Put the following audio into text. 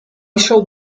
shall